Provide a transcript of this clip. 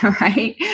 right